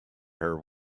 her